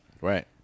right